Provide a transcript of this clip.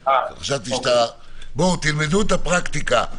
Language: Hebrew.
תלמדו את הפרקטיקה: